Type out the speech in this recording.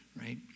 right